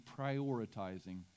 prioritizing